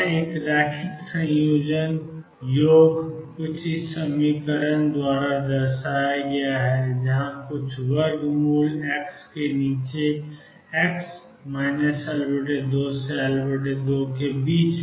और एक रैखिक संयोजन योग CexDe x कुछ वर्गमूल x के नीचे x L2 से L2 के बीच